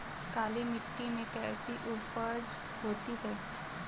काली मिट्टी में कैसी उपज होती है?